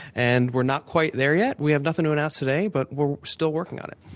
and we're not quite there yet. we have nothing to announce today, but we're still working on it,